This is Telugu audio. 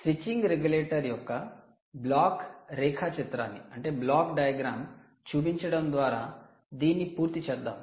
స్విచ్చింగ్ రెగ్యులేటర్ యొక్క బ్లాక్ రేఖాచిత్రాన్ని చూపించడం ద్వారా దీన్ని పూర్తి చేద్దాం